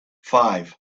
five